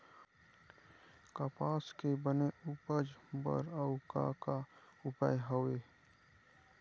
कपास के बने उपज बर अउ का का उपाय हवे?